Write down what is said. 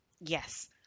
Yes